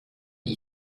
die